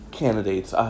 candidates